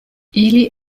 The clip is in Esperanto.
ili